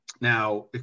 Now